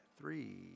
three